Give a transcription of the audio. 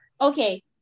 okay